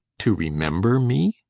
to remember me?